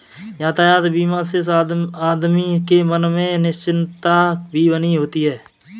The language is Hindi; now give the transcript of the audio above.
यातायात बीमा से आदमी के मन में निश्चिंतता भी बनी होती है